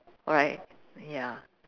alright ya